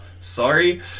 sorry